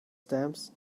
stamps